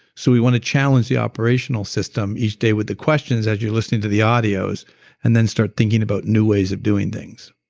so we want to challenge the operational system each day with the questions as you're listening to the audios and then start thinking about new ways of doing things